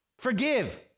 Forgive